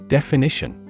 Definition